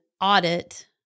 audit